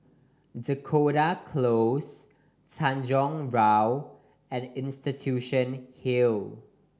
Dakota Close Tanjong Rhu and Institution Hill